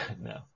No